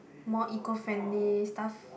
more eco friendly stuff